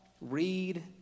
read